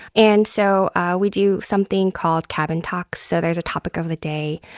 and so we do something called cabin talks. so there's a topic of the day.